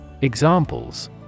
Examples